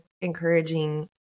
encouraging